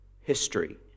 History